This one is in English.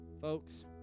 Folks